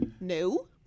No